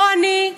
לא אני,